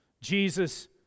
Jesus